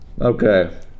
Okay